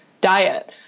diet